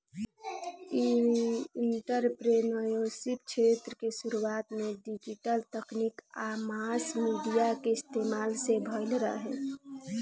इ एंटरप्रेन्योरशिप क्षेत्र के शुरुआत डिजिटल तकनीक आ मास मीडिया के इस्तमाल से भईल रहे